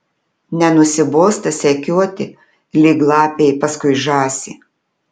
nenusibosta sekioti lyg lapei paskui žąsį